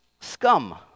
scum